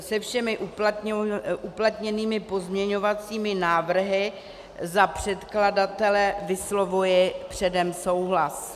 Se všemi uplatněnými pozměňovacími návrhy za předkladatele vyslovuji předem souhlas.